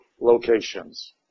locations